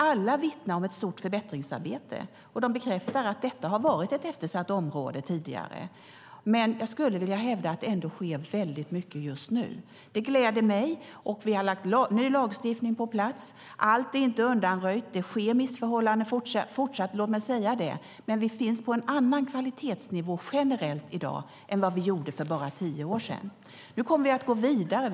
Alla vittnar om ett stort förbättringsarbete. De bekräftar att detta tidigare har varit ett eftersatt område. Jag skulle vilja hävda att det ändå sker väldigt mycket just nu. Det gläder mig. Vi har ny lagstiftning på plats. Allt är inte undanröjt, utan det finns fortsatt missförhållanden - låt mig säga det. Men vi finns generellt på en annan kvalitetsnivå i dag än för bara tio år sedan. Nu kommer vi att gå vidare.